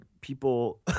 people